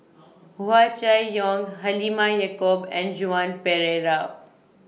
Hua Chai Yong Halimah Yacob and Joan Pereira